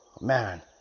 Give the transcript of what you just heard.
Man